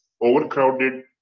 overcrowded